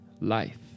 Life